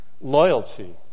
loyalty